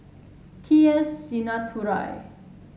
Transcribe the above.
T S Sinnathuray